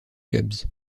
cubs